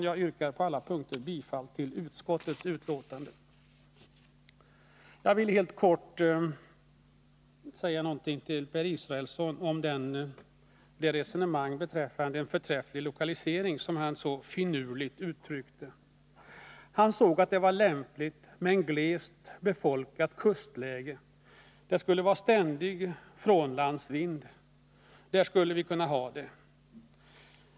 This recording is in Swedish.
Jag yrkar på alla punkter bifall till utskottets hemställan. Jag vill helt kort säga några ord till Per Israelsson om resonemanget beträffande förträfflig lokalisering, som han så finurligt uttryckte det. Han ansåg att det var lämpligt med en förläggning till en glest befolkad plats vid kusten, där det skulle vara ständig frånlandsvind. Där skulle anläggningen kunna placeras.